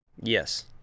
Yes